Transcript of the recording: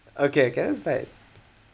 okay can it's like